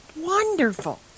wonderful